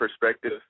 perspective